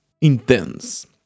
intense